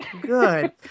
good